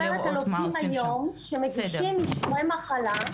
יש אנשים היום, שמגישים אישורי מחלה,